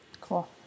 Cool